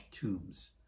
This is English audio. tombs